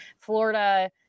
Florida